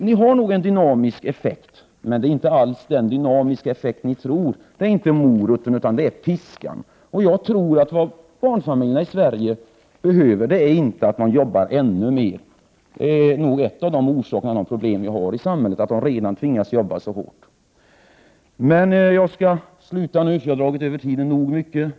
— Det blir nog en dynamisk effekt, men inte alls den dynamiska effekt som ni tror; det är inte moroten utan piskan som åstadkommer den. Vad barnfamiljerna i Sverige behöver är — tror jag — inte att jobba ännu mer. En av orsakerna till de problem vi redan har i samhället är nog att de redan tvingas jobba så hårt. Jag skall sluta nu — jag har redan överskridit den angivna tiden tillräckligt.